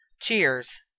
Cheers